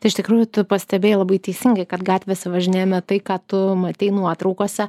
tai iš tikrųjų tu pastebėjai labai teisingai kad gatvėse važinėjame tai ką tu matei nuotraukose